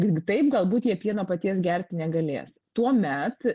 tik taip galbūt jie pieno paties gerti negalės tuomet